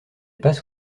passe